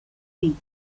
feet